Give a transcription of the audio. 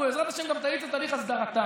ובעזרת השם היא גם תאיץ את הליך הסדרתם.